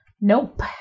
Nope